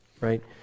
right